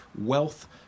wealth